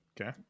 Okay